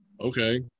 Okay